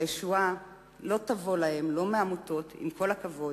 הישועה לא תבוא להם לא מעמותות, עם כל הכבוד,